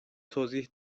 توضیح